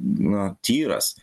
na tyras